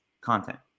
content